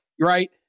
right